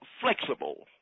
flexible